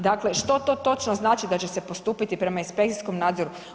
Dakle, što to točno znači da će se postupiti prema inspekcijskom nadzoru.